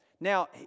Now